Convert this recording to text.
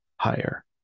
higher